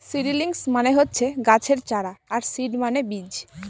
seedlings মানে হচ্ছে গাছের চারা আর সিড মানে বীজ